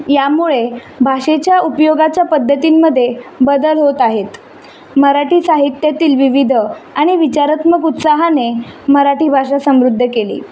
यामुळे भाषेच्या उपयोगाच्या पद्धतींमध्ये बदल होत आहेत मराठी साहित्यातील विविध आणि विचारात्मक उत्साहाने मराठी भाषा समृद्ध केली